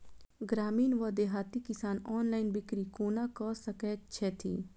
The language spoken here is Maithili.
ग्रामीण वा देहाती किसान ऑनलाइन बिक्री कोना कऽ सकै छैथि?